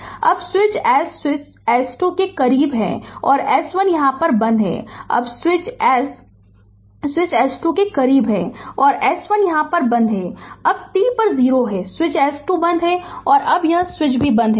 अब switch S switch S2 करीब है S1 बंद था अब स्विच एस स्विच S2 करीब है S1 बंद था अब t पर 0 है स्विच S 2 बंद है अब यह स्विच भी बंद है